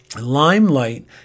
Limelight